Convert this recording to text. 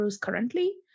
currently